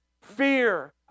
fear